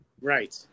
Right